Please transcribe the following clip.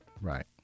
Right